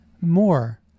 more